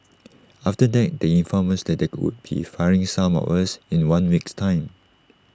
after that they informed us they would be firing some of us in one week's time